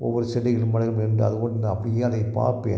ஒவ்வொரு செடிகளும் வளைந்து நெளிந்து அதன் முன் நின்று நான் அப்படியே அதைப் பார்ப்பேன்